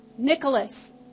Nicholas